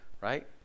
right